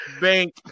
Bank